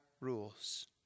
rules